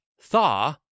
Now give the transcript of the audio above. thaw